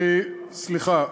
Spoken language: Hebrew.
סליחה,